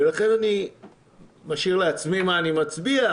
ולכן אני משאיר לעצמי מה אני מצביע,